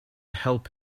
help